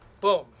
Boom